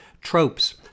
tropes